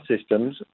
systems